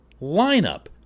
lineup